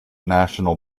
national